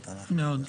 מאוד.